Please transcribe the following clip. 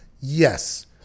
Yes